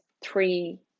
three